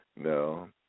No